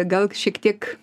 gal šiek tiek